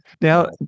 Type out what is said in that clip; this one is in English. Now